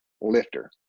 lifter